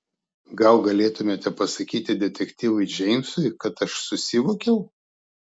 gal galėtumėte pasakyti detektyvui džeimsui kad aš susivokiau